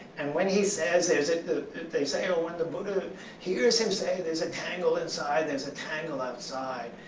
and when he says there's a they say, oh, when the buddha hears him say there's a tangle inside, there's a tangle outside,